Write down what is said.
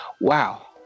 wow